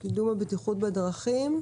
קידום הבטיחות בדרכים.